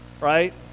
right